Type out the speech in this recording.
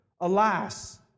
Alas